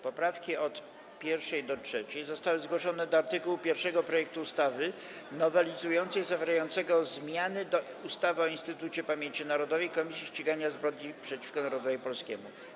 Poprawki od 1. do 3. zostały zgłoszone do art. 1 projektu ustawy nowelizującej zawierającego zmiany do ustawy o Instytucie Pamięci Narodowej - Komisji Ścigania Zbrodni przeciwko Narodowi Polskiemu.